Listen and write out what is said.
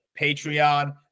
Patreon